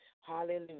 Hallelujah